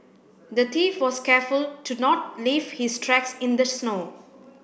the thief was careful to not leave his tracks in the snow